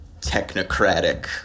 technocratic